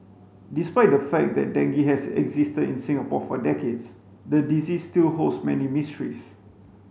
despite the fact that dengue has existed in Singapore for decades the disease still holds many mysteries